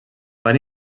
van